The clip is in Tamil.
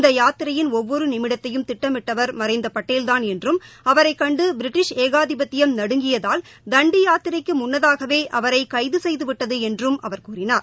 இந்த யாத்திரையின் ஒவ்வொரு நிமிடத்தையும் திட்டமிட்டவர் மறைந்த பட்டேல் தான் என்றும் அவரைக்கண்டு பிரிட்டிஷ் ஏகாதிபத்தியம் நடுங்கியதால் தண்டி யாத்திரைக்கு முன்னதாகவே அவரை கைது செய்து விட்டது என்றும் அவர் கூறினார்